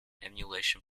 emulation